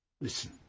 Listen